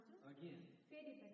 Again